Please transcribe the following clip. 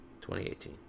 2018